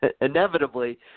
inevitably